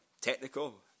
technical